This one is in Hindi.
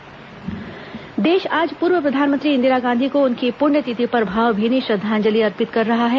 इंदिरा गांधी पुण्यतिथि देश आज पूर्व प्रधानमंत्री इंदिरा गांधी को उनकी प्रण्यतिथि पर भावभीनी श्रद्धांजलि अर्पित कर रहा है